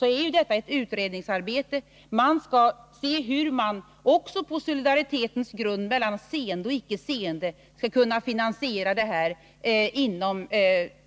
Detta är ju ett utredningsarbete, och man skall se hur man med solidariteten mellan seende och icke seende som grund skall kunna finansiera denna verksamhet inom